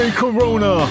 corona